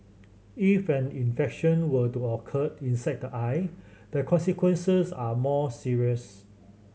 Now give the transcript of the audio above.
if an infection were to occured inside the eye the consequences are more serious